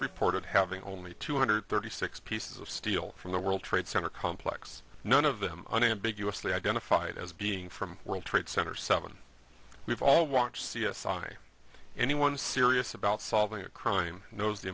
reported having only two hundred thirty six pieces of steel from the world trade center complex none of them unambiguously identified as being from world trade center seven we've all watch c s i anyone serious about solving a crime knows the